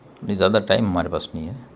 نہیں زیادہ ٹائم ہمارے پاس نہیں ہے